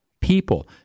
people